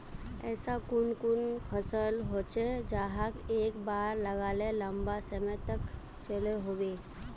ऐसा कुन कुन फसल होचे जहाक एक बार लगाले लंबा समय तक चलो होबे?